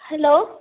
hello